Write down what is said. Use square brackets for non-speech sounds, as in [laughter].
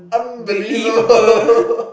unbelievable [laughs]